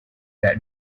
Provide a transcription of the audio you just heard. their